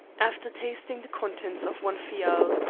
after tasting the contents of one phial. ah,